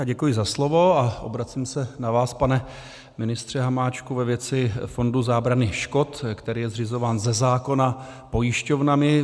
Děkuji za slovo a obracím se na vás, pane ministře Hamáčku, ve věci Fondu zábrany škod, který je zřizován ze zákona pojišťovnami.